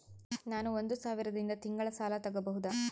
ನಾನು ಒಂದು ಸಾವಿರದಿಂದ ತಿಂಗಳ ಸಾಲ ತಗಬಹುದಾ?